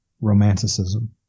romanticism